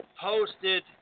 posted